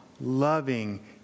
loving